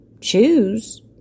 choose